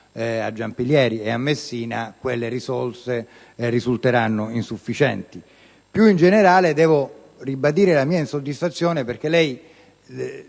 a Giampilieri e a Messina quelle risorse risulteranno insufficienti. Più in generale, devo ribadire la mia insoddisfazione perché il